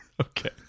Okay